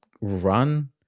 run